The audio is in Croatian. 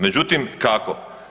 Međutim, kako?